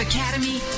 Academy